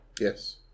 Yes